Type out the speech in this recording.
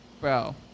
Bro